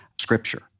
scripture